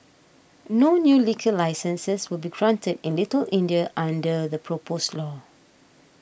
no new liquor licences will be granted in Little India under the proposed law